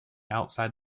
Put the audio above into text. outside